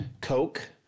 Coke